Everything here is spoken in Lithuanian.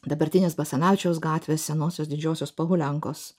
dabartinės basanavičiaus gatvės senosios didžiosios pohuliankos